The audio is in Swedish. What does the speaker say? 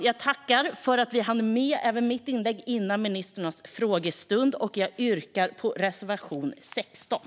Jag tackar för att vi hann med även mitt inlägg före ministrarnas frågestund, och jag yrkar bifall till reservation 16.